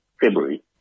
February